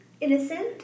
innocent